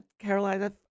Carolina